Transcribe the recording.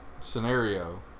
scenario